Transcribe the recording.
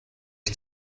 ich